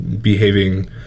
behaving